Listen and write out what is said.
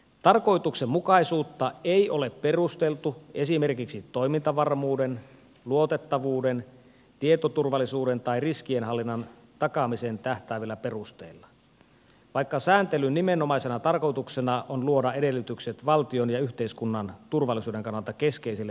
tarkoituksenmukaisuutta ei ole perusteltu esimerkiksi toimintavarmuuden luotettavuuden tietoturvallisuuden tai riskienhallinnan takaamiseen tähtäävillä perusteilla vaikka sääntelyn nimenomaisena tarkoituksena on luoda edellytykset valtion ja yhteiskunnan turvallisuuden kannalta keskeiselle viranomaistoiminnalle